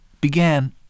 began